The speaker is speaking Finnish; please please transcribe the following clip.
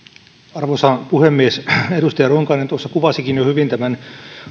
arvoisa puhemies edustaja ronkainen tuossa kuvasikin jo hyvin tämän